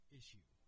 issue